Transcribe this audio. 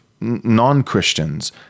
non-Christians